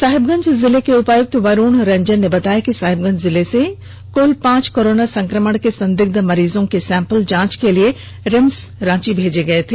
साहिबगंज जिला के उपायुक्त वरुण रंजन ने बताया कि साहिबगंज जिले से कुल पांच कोरोनो संक्रमण के संदिग्ध मरीजों का सैंपल जांच के लिए रिम्स अस्पताल रांची भेजा गया था